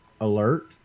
alert